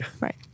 Right